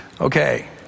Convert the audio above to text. Okay